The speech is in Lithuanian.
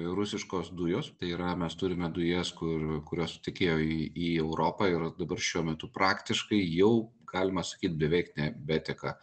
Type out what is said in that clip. rusiškos dujos tai yra mes turime dujas kur kurios tekėjo į europą ir dabar šiuo metu praktiškai jau galima sakyt beveik nebeteka